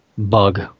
bug